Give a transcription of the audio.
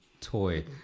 toy